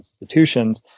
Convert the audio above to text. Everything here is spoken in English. institutions